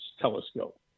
telescope